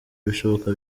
ibishoboka